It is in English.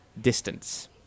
distance